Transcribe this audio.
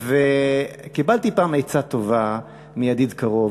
קיבלתי פעם עצה טובה מידיד קרוב.